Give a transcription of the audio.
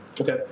Okay